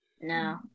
No